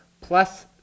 plus